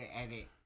edit